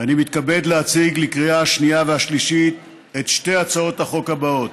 אני מתכבד להציג בקריאה השנייה והשלישית את שתי הצעות החוק האלה: